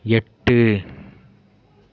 எட்டு